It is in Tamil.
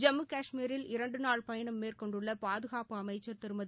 ஜம்மு காஷ்மீரில் இரண்டுநாள் பயணம் மேற்கொண்டுள்ள பாதுகாப்பு அமைச்சர் திருமதி